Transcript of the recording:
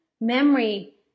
memory